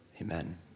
Amen